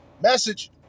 Message